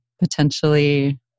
potentially